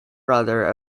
brother